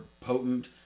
potent